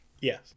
Yes